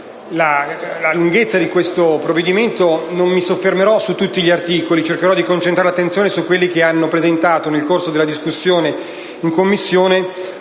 la lunghezza del provvedimento, non mi soffermerò su tutti gli articoli, ma cercherò di concentrare l'attenzione su quelli che hanno presentato, nel corso del dibattito in Commissione,